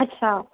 আচ্ছা